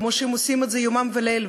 כמו שהם עושים את זה יומם וליל,